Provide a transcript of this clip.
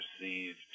received